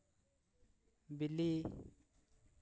ᱵᱤᱞᱤ